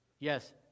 Yes